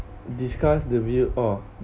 discuss the weird of